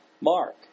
Mark